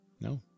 No